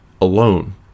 alone